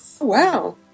Wow